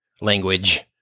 language